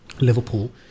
Liverpool